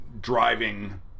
driving